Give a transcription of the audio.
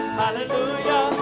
hallelujah